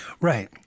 Right